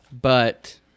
but-